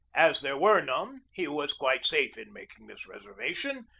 as there were none, he was quite safe in making this reservation,